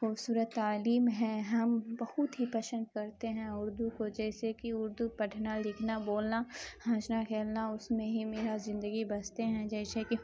خوبصورت تعلیم ہے ہم بہت ہی پسند کرتے ہیں اردو کو جیسے کہ اردو پڑھنا لکھنا بولنا ہنسنا کھیلنا اس میں ہی میرا زندگی بستے ہیں جیسے کہ